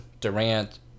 Durant